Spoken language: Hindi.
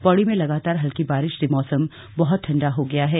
पौड़ी में लगातार हल्की बारिश से मौसम बहुत ठण्डा हो गया है